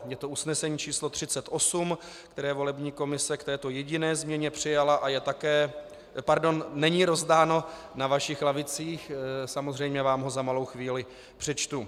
Je to usnesení číslo 38, které volební komise k této jediné změně přijala a není rozdáno na vašich lavicích, samozřejmě vám ho za malou chvíli přečtu.